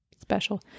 special